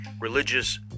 religious